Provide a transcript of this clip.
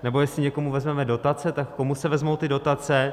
Nebo jestli někomu vezmeme dotace, tak komu se vezmou ty dotace?